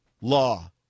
law